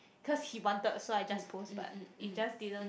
cause he wanted so I just but it just didn't